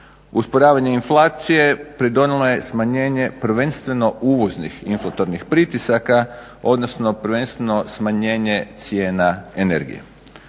Usporavanje inflacije pridonijelo je smanjenje prvenstveno uvoznih inflatornih pritisaka odnosno prvenstveno smanjenje cijena energije.